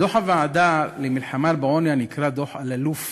בדוח הוועדה למלחמה בעוני הנקרא דוח אללוף